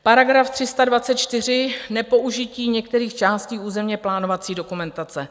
§ 324 nepoužití některých částí územněplánovací dokumentace.